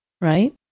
right